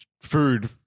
Food